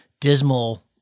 dismal